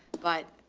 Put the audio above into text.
but